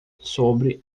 sobre